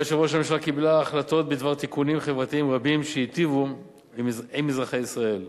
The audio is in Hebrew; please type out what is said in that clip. הממשלה קיבלה החלטות בדבר תיקונים חברתיים רבים שייטיבו עם אזרחי ישראל.